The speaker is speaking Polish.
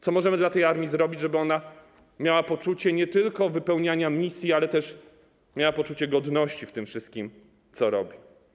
Co możemy dla tej armii zrobić, żeby ona miała poczucie nie tylko wypełniania misji, ale też godności w tym wszystkim, co robi?